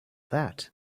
that